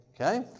okay